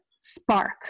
spark